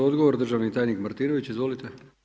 Odgovor, državni tajnik Martinović, izvolite.